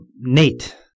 Nate